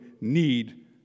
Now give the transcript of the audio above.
need